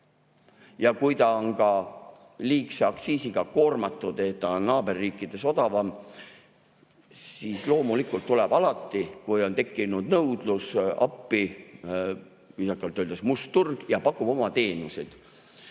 ja kui ta on ka liigse aktsiisiga koormatud, ta on naaberriikides odavam, siis loomulikult tuleb alati, kui on tekkinud nõudlus, appi – viisakalt öeldes – must turg, kes pakub oma teenuseid.